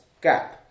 gap